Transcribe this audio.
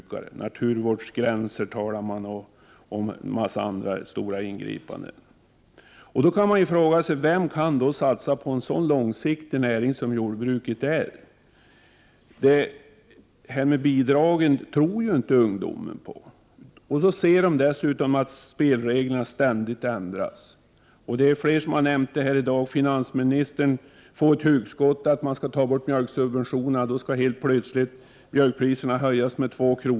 Man talar om naturvårdsgränser och en mängd andra stora ingripanden. Vem kan då satsa på en så långsiktig näring som jordbruket? Det här med bidragen tror ju inte ungdomarna på. De ser dessutom att spelreglerna ständigt ändras. Det är fler som har nämnt detta här i dag. Finansministern får ett hugskott — att man skall ta bort mjölksubventionerna. Då skall helt plötsligt mjölkpriserna höjas med 2 kr.